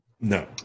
No